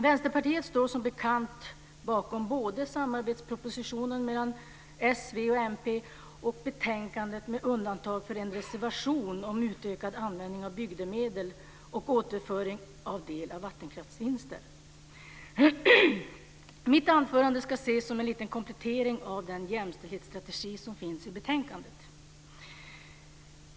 Vänsterpartiet står, som bekant, bakom både samarbetspropositionen med s, v och mp och betänkandet, med undantag för en reservation om utökad användning av bygdemedel och återföring av del av vattenkraftsvinsten. Mitt anförande ska ses som en liten komplettering av den jämställdhetsstrategi som finns i betänkandet.